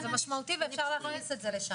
זה משמעותי ואפשר להכניס את זה לשם.